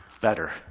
better